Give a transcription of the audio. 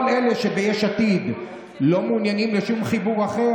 היינו יודעים גם אם כל אלה שביש עתיד לא מעוניינים בשום חיבור אחר,